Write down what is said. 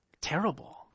Terrible